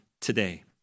today